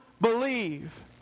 believe